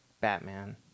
batman